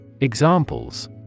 Examples